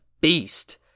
beast